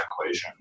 equation